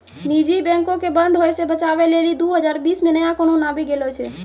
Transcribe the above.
निजी बैंको के बंद होय से बचाबै लेली दु हजार बीस मे नया कानून आबि गेलो छै